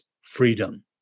freedom